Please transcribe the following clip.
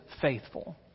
faithful